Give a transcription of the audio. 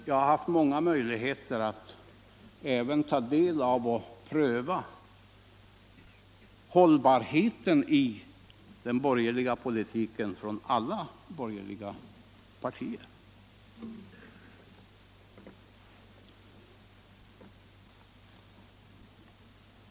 Jag har haft många möjligheter att även ta del av och pröva hållbarheten i den borgerliga politiken, som den förts från alla borgerliga partier.